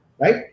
Right